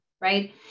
right